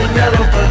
yellow